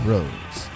Roads